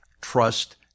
trust